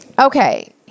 Okay